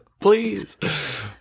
Please